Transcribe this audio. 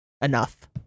enough